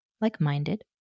like-minded